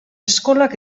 eskolak